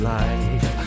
life